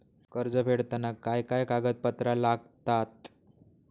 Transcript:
कर्ज फेडताना काय काय कागदपत्रा लागतात?